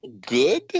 good